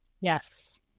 yes